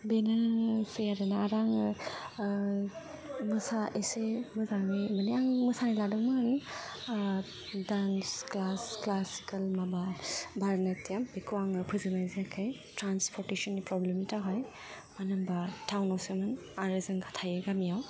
बेनोसै आरो ना आरो आङो मोसा एसे मोजाङै माने आं मोसानाय लादोंमोन डान्स क्लासिकेल माबा भारतनातिय्म बेखौ आंङो फोजोबनाय जायाखै ट्रान्सप'र्टेशननि प्र'ब्लेमनि थाखाय मानो होनोबा टावनावसोमोन आरो जोंहा थायो गामियाव